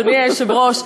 אדוני היושב-ראש,